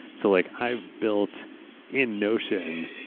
so like i've built in notion,